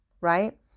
right